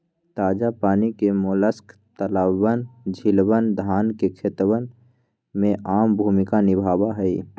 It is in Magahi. ताजा पानी के मोलस्क तालाबअन, झीलवन, धान के खेतवा में आम भूमिका निभावा हई